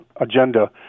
agenda